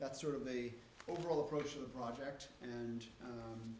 that's sort of the overall approach of the project and